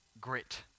grit